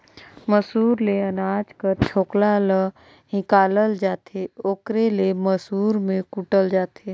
मूसर ले अनाज कर छोकला ल हिंकालल जाथे ओकरे ले मूसर में कूटल जाथे